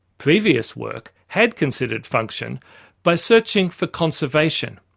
previous work had considered function by searching for conservation.